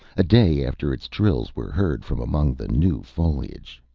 a day after its trills were heard from among the new foliage.